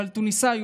אבל תוניסאי,